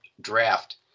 draft